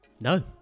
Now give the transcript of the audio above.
No